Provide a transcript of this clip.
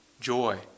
Joy